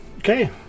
Okay